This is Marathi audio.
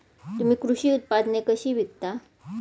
तुम्ही कृषी उत्पादने कशी विकता?